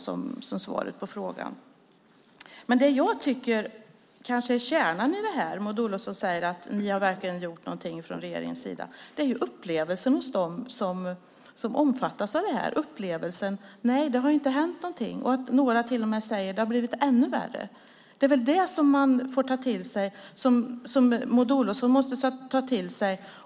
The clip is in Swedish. Det är svaret på frågan. Maud Olofsson säger att ni verkligen har gjort något från regeringens sida. Men kärnan i det här är upplevelsen hos dem som omfattas av det. Det är upplevelsen att det inte har hänt något. Några säger till och med att det har blivit ännu värre. Det är väl det som man får ta till sig och som Maud Olofsson måste ta till sig.